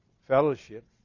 fellowship